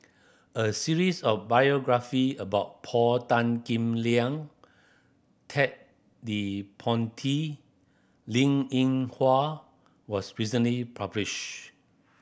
a series of biography about Paul Tan Kim Liang Ted De Ponti Linn In Hua was recently published